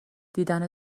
دیدن